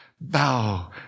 bow